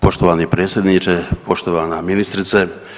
Poštovani predsjedniče, poštovana ministrice.